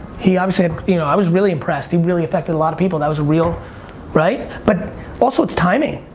he obviously had, you know i was really impressed, he really affected a lot of people. that was real right? but also it's timing.